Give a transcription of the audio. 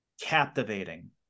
captivating